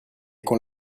con